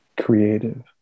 creative